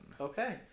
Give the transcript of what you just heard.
Okay